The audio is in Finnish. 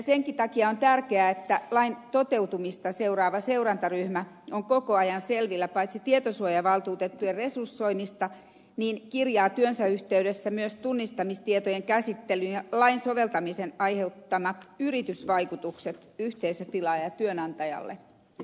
senkin takia on tärkeää että lain toteutumista seuraava seurantaryhmä paitsi on koko ajan selvillä tietosuojavaltuutettujen resursoinnista myös kirjaa työnsä yhteydessä tunnistamistietojen käsittelyn ja lain soveltamisen aiheuttamat yritysvaikutukset yhteisötilaajatyönantajalle raporttiinsa